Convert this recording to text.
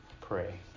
pray